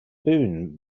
boon